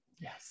Yes